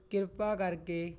ਕਿਰਪਾ ਕਰਕੇ